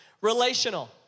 relational